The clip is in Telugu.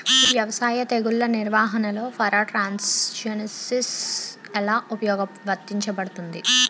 వ్యవసాయ తెగుళ్ల నిర్వహణలో పారాట్రాన్స్జెనిసిస్ఎ లా వర్తించబడుతుంది?